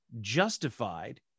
justified